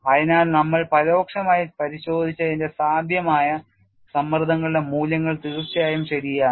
അതിനാൽ നമ്മൾ പരോക്ഷമായി പരിശോധിച്ചതിന്റെ സാധ്യമായ സമ്മർദ്ദങ്ങളുടെ മൂല്യങ്ങൾ തീർച്ചയായും ശരിയാണ്